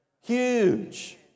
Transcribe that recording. Huge